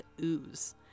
ooze